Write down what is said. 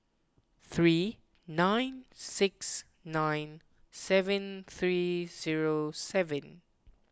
three nine six nine seven three zero seven